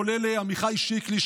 כולל לעמיחי שיקלי,